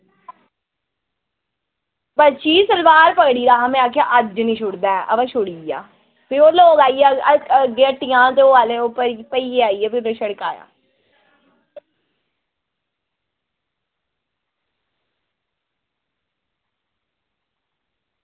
ते सच्ची सलवार पकड़ी दा हा में सोचेआ छोड़ी दिंदा बा ऐ नी छुड़दा ऐ अग्गें हट्टियां न ते ओह् आह्ले बंदे नम ते उन्ने छड़काया ठीक ऐ